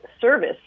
service